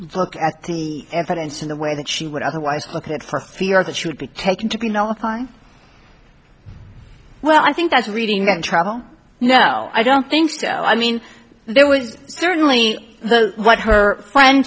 look at the evidence in a way that she would otherwise look at for fear that should be taken to be nullifying well i think that's reading on travel no i don't think so i mean there was certainly what her friend